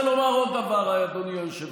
אבל אני רוצה לומר עוד דבר, אדוני היושב-ראש.